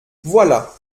voilà